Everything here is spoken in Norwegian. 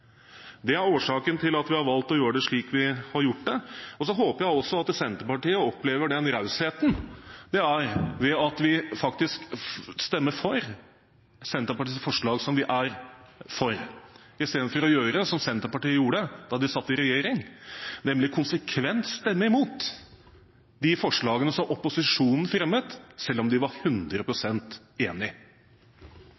Det er årsaken til at vi har valgt å gjøre det slik vi har gjort det. Så håper jeg også at Senterpartiet opplever den rausheten som ligger i at vi faktisk stemmer for Senterpartiets forslag, som vi er for, i stedet for å gjøre som Senterpartiet gjorde da de satt i regjering, nemlig konsekvent stemme imot de forslagene som opposisjonen fremmet, selv om de var 100